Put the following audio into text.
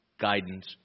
guidance